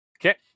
okay